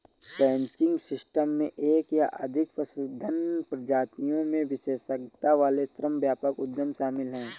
ranching system में एक या अधिक पशुधन प्रजातियों में विशेषज्ञता वाले श्रम व्यापक उद्यम शामिल हैं